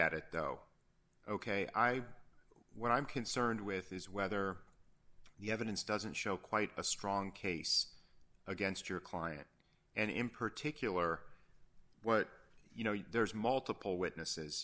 at it though ok i what i'm concerned with is whether the evidence doesn't show quite a strong case against your client and in particular what you know there's multiple witnesses